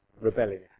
rebellion